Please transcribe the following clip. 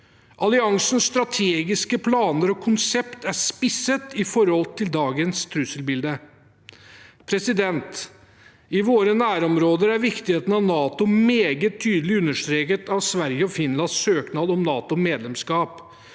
Alliansens strategiske planer og konsept er spisset sett i forhold til dagens trusselbilde. I våre nærområder er viktigheten av NATO meget tydelig understreket av Sveriges og Finlands søknader om NATO-medlemskap.